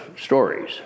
stories